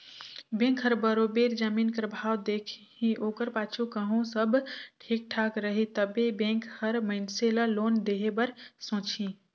bank हर बरोबेर जमीन कर भाव देखही ओकर पाछू कहों सब ठीक ठाक रही तबे बेंक हर मइनसे ल लोन देहे बर सोंचही